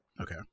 Okay